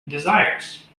desires